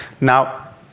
Now